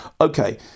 okay